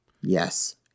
Yes